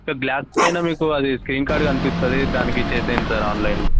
sir glass పైన మీకు అది స్కాన్ కార్డ్ కనిపిస్తుంది దానికి చేసేయండి సార్ ఆన్లైన్లో